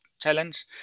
Challenge